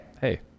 hey